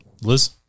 Liz